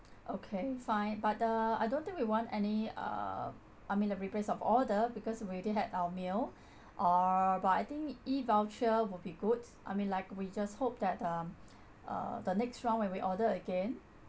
okay fine but uh I don't think we want any uh I mean the replace of order because we already had our meal uh but I think E voucher will be good I mean like we just hope that um uh the next round when we order again